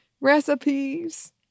recipes